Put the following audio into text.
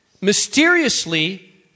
mysteriously